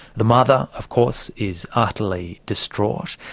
the mother, of course, is utterly distraught,